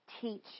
teach